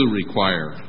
require